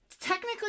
technically